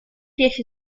riesce